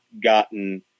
gotten